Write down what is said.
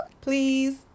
Please